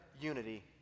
Unity